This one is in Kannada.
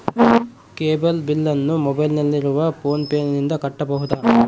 ಕೇಬಲ್ ಬಿಲ್ಲನ್ನು ಮೊಬೈಲಿನಲ್ಲಿ ಇರುವ ಫೋನ್ ಪೇನಿಂದ ಕಟ್ಟಬಹುದಾ?